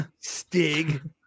Stig